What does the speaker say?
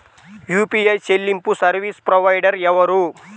UPI చెల్లింపు service provider ఎవరు?